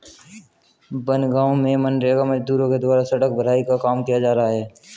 बनगाँव में मनरेगा मजदूरों के द्वारा सड़क भराई का काम किया जा रहा है